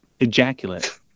Ejaculate